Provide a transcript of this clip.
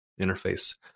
interface